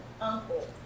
uncle